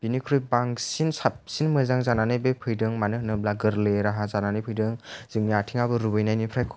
बेनिख्रुइ बांसिन साबसिन मोजां जानानै बे फैदों मानो होनोब्ला गोरलै राहा जानानै फैदों जोंनि आथिङाबो रुबायनायनिफ्राय